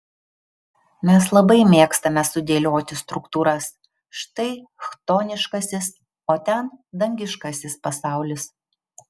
mes labai mėgstame sudėlioti struktūras štai chtoniškasis o ten dangiškasis pasaulis